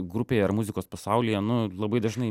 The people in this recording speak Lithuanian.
grupėje ar muzikos pasaulyje nu labai dažnai